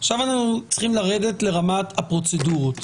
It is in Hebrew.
עכשיו אנחנו צריכים לרדת לרמת הפרוצדורות,